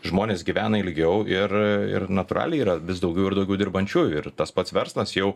žmonės gyvena ilgiau ir ir natūraliai yra vis daugiau ir daugiau dirbančiųjų ir tas pats verslas jau